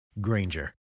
Granger